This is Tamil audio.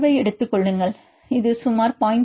தொடர்பை எடுத்துக் கொள்ளுங்கள் இது சுமார் 0